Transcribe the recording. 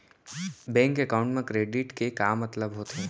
Bank account मा credit के का मतलब होथे?